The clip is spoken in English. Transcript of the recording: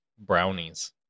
brownies